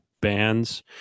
bands